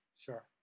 sure